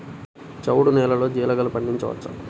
చవుడు నేలలో జీలగలు పండించవచ్చా?